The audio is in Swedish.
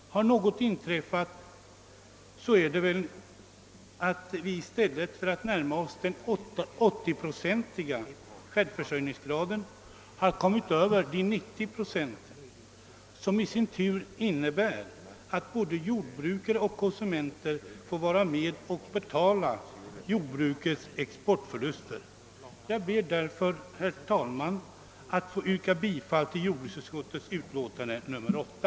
Har något inträffat så är det att vi i stället för att närma oss den 80-procentiga = självförsörjningsgraden har kommit över de 90 procenten, vilket i sin tur innebär att både jordbrukare och konsumenter får vara med att betala jordbrukets exportförluster. Jag ber därför, herr talman, att få yrka bifall till jordbruksutskottets utlåtande nr 8.